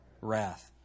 Wrath